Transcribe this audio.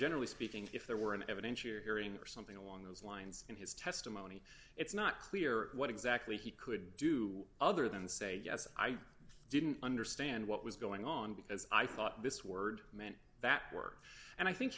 generally speaking if there were an evidentiary hearing or something along those lines in his testimony it's not clear what exactly he could do other than say yes i didn't understand what was going on because i thought this word meant that word and i think